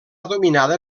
dominada